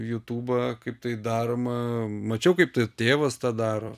jutubą kaip tai daroma mačiau kaip tai tėvas tą daro